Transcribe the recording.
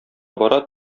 бара